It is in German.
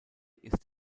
ist